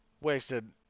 wasted